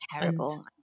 terrible